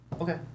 Okay